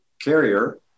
carrier